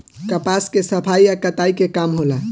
कपास के सफाई आ कताई के काम होला